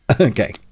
okay